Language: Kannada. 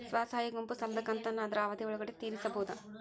ಸ್ವಸಹಾಯ ಗುಂಪು ಸಾಲದ ಕಂತನ್ನ ಆದ್ರ ಅವಧಿ ಒಳ್ಗಡೆ ತೇರಿಸಬೋದ?